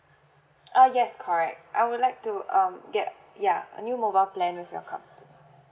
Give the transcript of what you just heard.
ah yes correct I would like to um get ya a new mobile plan with your company